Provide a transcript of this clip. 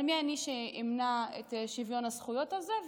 אבל מי שאני שאמנע את שוויון הזכויות הזה?